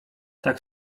tak